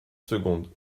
secondes